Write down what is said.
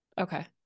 okay